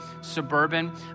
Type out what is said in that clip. Suburban